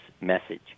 message